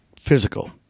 physical